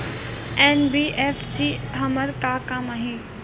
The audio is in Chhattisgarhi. एन.बी.एफ.सी हमर का काम आही?